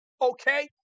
okay